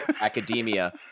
academia